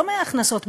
לא מההכנסות,